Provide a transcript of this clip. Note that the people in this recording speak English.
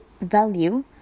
value